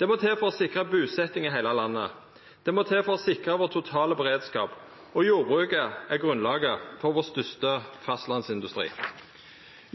Det må til for å sikra busetjing i heile landet. Det må til for å sikra vår totale beredskap. Og jordbruket er grunnlaget for vår største fastlandsindustri.